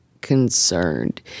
concerned